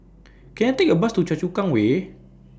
Can I Take A Bus to Choa Chu Kang Way